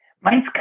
Mine's